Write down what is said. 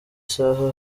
saha